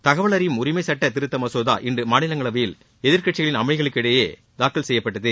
தகவல் அழியும் உரிமை சுட்ட திருத்த மசோதா இன்று மாநிலங்களவையில் எதிர்கட்சிகளின் அமளிக்கிடையே தாக்கல் செய்யப்பட்டது